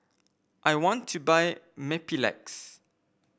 I want to buy Mepilex